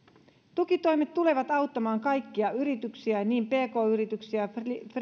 tukitoimet tulevat auttamaan kaikkia yrityksiä pk yrityksiä